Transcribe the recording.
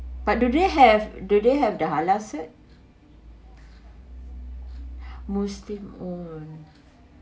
but do they have do they have the halal cert muslim owned